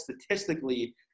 statistically –